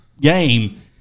game